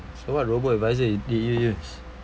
so what robo-advisor you did you use